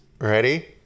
Ready